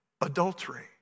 adultery